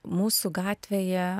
mūsų gatvėje